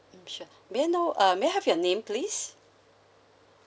mm sure may I know uh may I have your name please